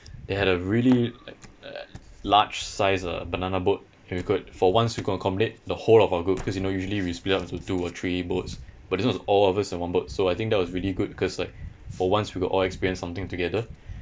they had a really like uh large size uh banana boat and we could for once we could accommodate the whole of our group cause you know usually we split up into two or three boats but this one was all of us in one boat so I think that was really good because like for once we got all experience something together